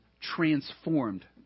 transformed